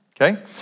okay